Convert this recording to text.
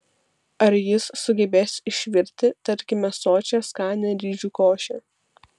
ar jis sugebės išvirti tarkime sočią skanią ryžių košę